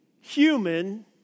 human